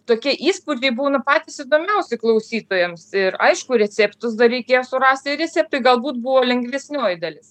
tokie įspūdžiai būna patys įdomiausi klausytojams ir aišku receptus dar reikėjo surasti ir receptai galbūt buvo lengvesnioji dalis